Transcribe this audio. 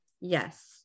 Yes